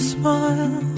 smile